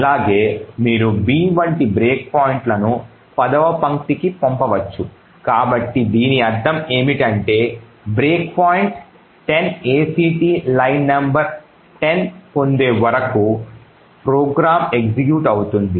అలాగే మీరు b వంటి బ్రేక్ పాయింట్లను 10వ పంక్తికి పంపవచ్చు కాబట్టి దీని అర్థం ఏమిటంటే break point 10 act line number 10 పొందే వరకు ప్రోగ్రామ్ ఎగ్జిక్యూట్ అవుతుంది